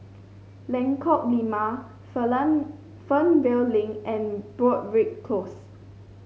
Lengkok Lima Fernvale Link and Broadrick Close